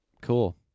cool